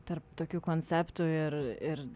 tarp tokių konceptų ir ir